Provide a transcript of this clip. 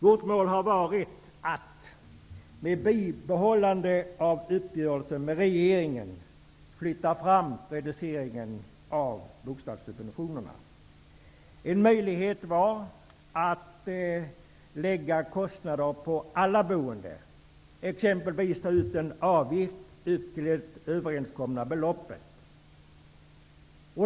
Vårt mål har varit att -- med bibehållande av uppgörelsen med regeringen -- flytta fram reduceringen av bostadssubventionerna. En möjlighet var att lägga kostnaden på alla boende, exempelvis genom att ta ut en avgift upp till det överenskomna beloppet.